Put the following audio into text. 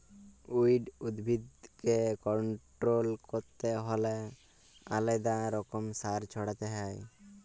weed উদ্ভিদকে control ক্যরতে হ্যলে আলেদা রকমের সার ছড়াতে হ্যয়